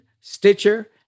Stitcher